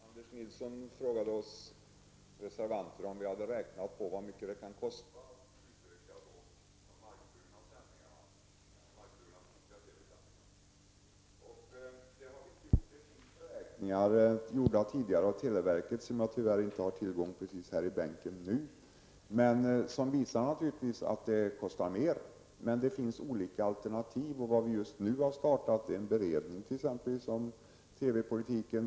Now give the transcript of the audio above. Herr talman! Anders Nilsson frågade oss reservanter om vi hade räknat på hur mycket det kan kosta att utökade markburna finska TV sändningarna. Det har vi inte gjort. Det finns tidigare beräkningar gjorda av televerket som jag tyvärr inte har tillgång till här i bänken nu. Men de visar naturligtvis att det kostar mer. Men det finns olika alternativ. Vi har t.ex. nu startat en beredning om TV-politiken.